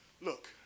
Look